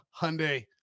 Hyundai